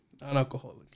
non-alcoholic